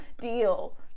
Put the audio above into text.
Deal